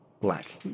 black